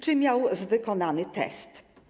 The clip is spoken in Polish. Czy miał wykonany test?